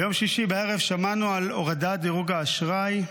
ביום שישי בערב שמענו על הורדת דירוג האשראי,